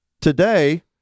Today